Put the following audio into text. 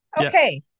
Okay